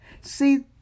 See